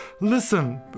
listen